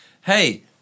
Hey